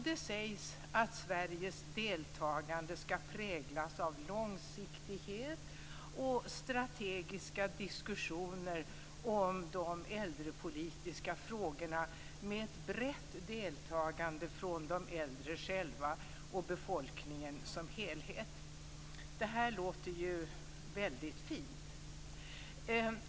Det sägs att Sveriges deltagande skall präglas av långsiktighet och strategiska diskussioner om de äldrepolitiska frågorna med ett brett deltagande från de äldre själva och befolkningen som helhet. Det här låter ju väldigt fint.